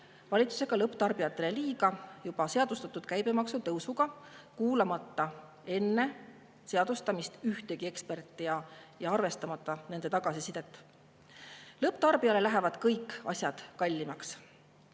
valitsusega lõpptarbijatele liiga juba seadustatud käibemaksu tõusuga, kuulamata enne selle seadustamist ühtegi eksperti ja arvestamata nende tagasisidet. Lõpptarbijale lähevad kõik asjad kallimaks.